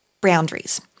boundaries